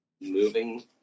moving